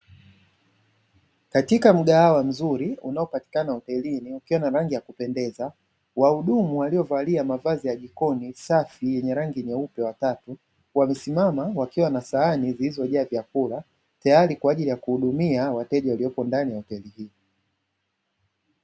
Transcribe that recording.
Katika mgahawa mzuri unaopatikana hotelini ukiwa na rangi ya kupendeza, wahudumu waliovalia mavazi ya jikoni safi yenye rangi nyeupe, watatu, wamesimama wakiwa na sahani zilizojaa vyakula tayari kwa ajili ya kuhudumia, wateja waliopo ndani ya hoteli hiyo.